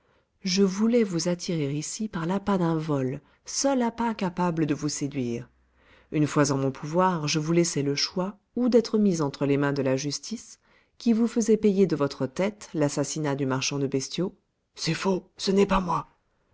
je voulais vous attirer ici par l'appât d'un vol seul appât capable de vous séduire une fois en mon pouvoir je vous laissais le choix ou d'être mis entre les mains de la justice qui vous faisait payer de votre tête l'assassinat du marchand de bestiaux c'est faux ce n'est pas moi